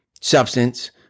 substance